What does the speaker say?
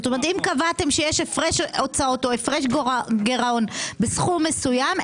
אם קבעתם שיש הפרש הוצאות או הפרש גירעון בסכום מסוים,